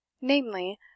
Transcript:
namely